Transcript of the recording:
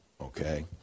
okay